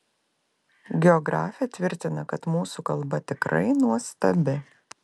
geografė tvirtina kad mūsų kalba tikrai nuostabi